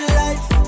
life